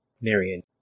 Marion